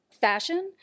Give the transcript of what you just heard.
fashion